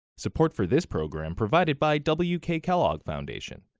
support for this program provided by w k. kellogg foundation.